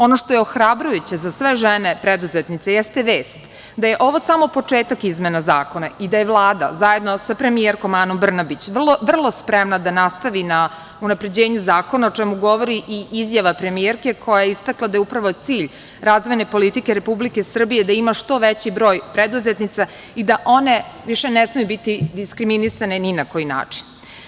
Ono što je ohrabrujuće za sve žene preduzetnice jeste vest da je ovo samo početak izmena zakona i da je Vlada zajedno sa premijerkom Anom Brnabić vrlo spremna da nastavi na unapređenju zakona, o čemu govori i izjava premijerke koja je istakla da je upravo cilj razvojne politike Republike Srbije i da ima što veći broj preduzetnica i da one više ne smeju biti diskriminisane ni na koji način.